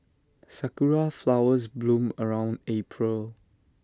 Sakura Flowers bloom around April